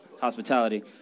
hospitality